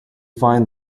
find